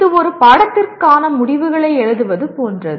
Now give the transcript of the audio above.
இது ஒரு பாடத்திற்கான முடிவுகளை எழுதுவது போன்றது